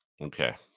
Okay